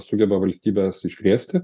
sugeba valstybės iškrėsti